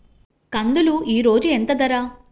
కందులు ఈరోజు ఎంత ధర?